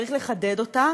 צריך לחדד אותו,